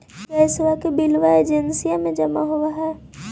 गैसवा के बिलवा एजेंसिया मे जमा होव है?